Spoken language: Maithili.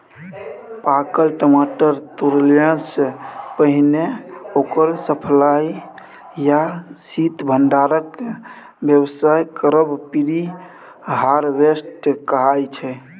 पाकल टमाटर तोरयसँ पहिने ओकर सप्लाई या शीत भंडारणक बेबस्था करब प्री हारवेस्ट कहाइ छै